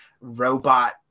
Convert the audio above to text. robot